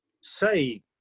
say